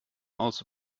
also